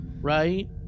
Right